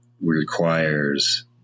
requires